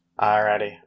Alrighty